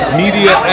media